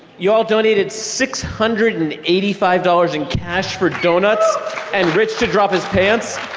you all donated six hundred and eighty five dollars in cash for doughnuts and rich to drop his pants.